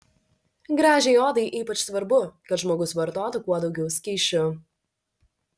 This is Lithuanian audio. gražiai odai ypač svarbu kad žmogus vartotų kuo daugiau skysčių